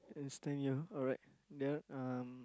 stand you alright then um